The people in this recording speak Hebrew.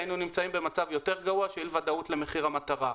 היינו נמצאים במצב יותר גרוע של אי ודאות למחיר המטרה.